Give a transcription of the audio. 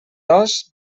dos